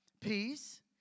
Peace